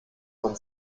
von